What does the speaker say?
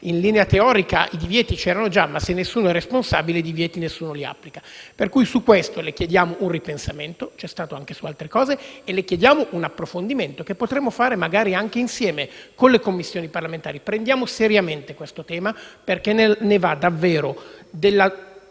in linea teorica i divieti c'erano già, ma se nessuno è responsabile nessuno li applica. Pertanto su questo le chiediamo un ripensamento, che c'è stato anche su altre questioni, e le chiediamo un approfondimento che potremmo fare magari anche insieme alle Commissioni parlamentari. Prendiamo seriamente questo tema perché ne va veramente della